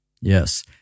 Yes